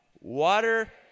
Water